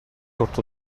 quand